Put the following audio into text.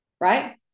right